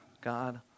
God